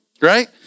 Right